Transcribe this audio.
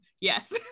yes